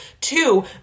two